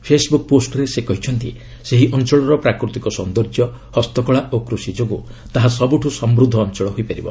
Facebook ପୋଷ୍ଟରେ ସେ କହିଛନ୍ତି ସେହି ଅଞ୍ଚଳର ପ୍ରାକୃତିକ ସୌନ୍ଦର୍ଯ୍ୟ ହସ୍ତକଳା ଓ କୃଷି ଯୋଗୁଁ ତାହା ସବୁଠୁ ସମ୍ବଦ୍ଧ ଅଞ୍ଚଳ ହୋଇପାରିବ